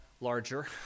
larger